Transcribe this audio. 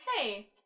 hey